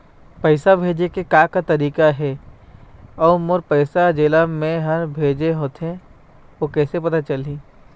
पैसा भेजे के का का तरीका हे अऊ मोर पैसा हर जेला मैं हर भेजे होथे ओ कैसे पता चलही?